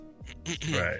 right